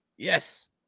Yes